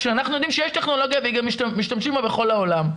כשאנחנו יודעים שיש טכנולוגיה וגם משתמשים בה בכל העולם.